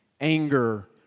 anger